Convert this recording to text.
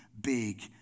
big